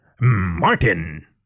Martin